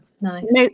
Nice